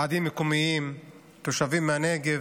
ועדים מקומיים, תושבים מהנגב,